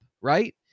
right